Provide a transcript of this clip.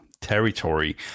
territory